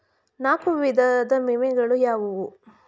ನಾಲ್ಕು ವಿಧದ ವಿಮೆಗಳು ಯಾವುವು?